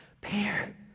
Peter